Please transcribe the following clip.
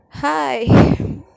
Hi